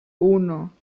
uno